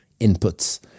inputs